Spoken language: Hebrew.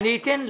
אני אתן לה.